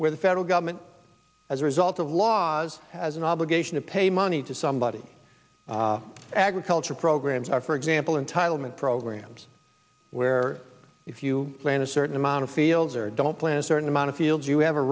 where the federal government as a result of laws has an obligation to pay money to somebody agricultural programs are for example entitlement programs where if you plan a certain amount of fields or don't plan a certain amount of fields you have a